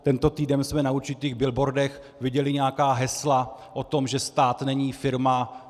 Tento týden jsme na určitých billboardech viděli nějaká hesla o tom, že stát není firma.